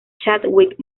chadwick